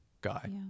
guy